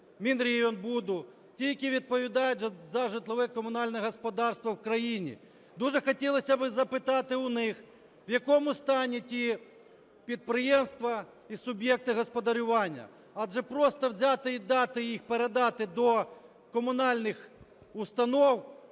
Мінрегіонбуду, ті, які відповідають за житлове комунальне господарство в країні. Дуже хотілося би запитати у них, в якому стані ті підприємства і суб'єкти господарювання, адже просто взяти і дати їх, передати до комунальних установ,